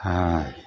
हँ